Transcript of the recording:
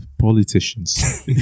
politicians